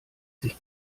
sich